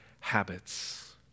habits